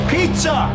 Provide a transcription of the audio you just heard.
Pizza